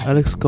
Alex